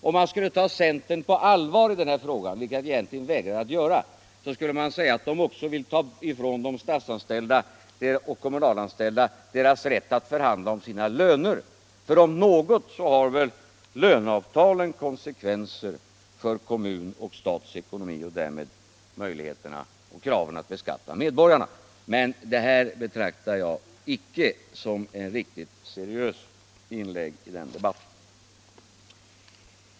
Om man skulle ta centern på allvar i denna fråga, vilket jag egentligen vägrar att göra, skulle man säga att centern vill ta ifrån de statsanställda och kommunalanställda deras rätt att förhandla om sina löner. Löneavtalen om något har väl konsekvenser för kommunens och statens ekonomi och påverkar därmed behovet av att beskatta medborgarna. Men jag betraktar inte centerns motion som ett seriöst inlägg i debatten.